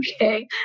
okay